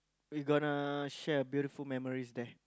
we gonna share a beautiful memories there